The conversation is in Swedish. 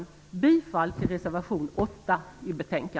Jag yrkar bifall till reservation 8.